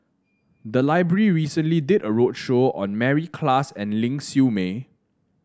the library recently did a roadshow on Mary Klass and Ling Siew May